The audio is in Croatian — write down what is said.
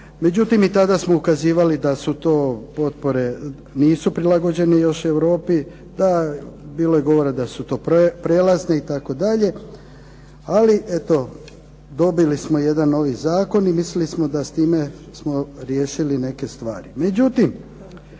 Međutim, i tada smo ukazivali da to nisu potpore usklađene još Europi, bilo je govora da su to prijelazne itd., ali eto dobili smo jedan novi Zakon i mislili smo da s time smo riješili neke stvari.